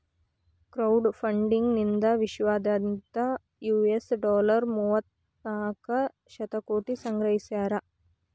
crowd funding ನಿಂದಾ ವಿಶ್ವದಾದ್ಯಂತ್ US dollar ಮೂವತ್ತನಾಕ ಶತಕೋಟಿ ಸಂಗ್ರಹಿಸ್ಯಾರ